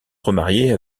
remarier